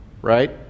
right